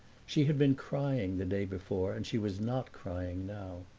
she had been crying the day before and she was not crying now,